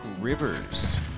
rivers